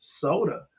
soda